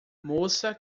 moça